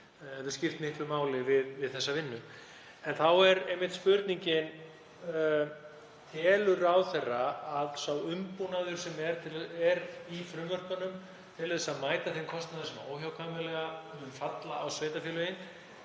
hefði skipt miklu máli við þessa vinnu. En þá er spurningin: Telur ráðherra að sá umbúnaður sem er í frumvörpunum til þess að mæta þeim kostnaði sem óhjákvæmilega mun falla á sveitarfélögin